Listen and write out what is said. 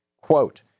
Quote